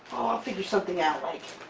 i'll figure something out. like.